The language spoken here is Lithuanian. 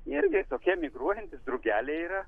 irgi tokie migruojantys drugeliai yra